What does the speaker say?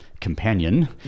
companion